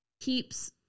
keeps